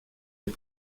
est